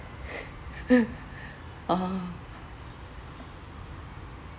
orh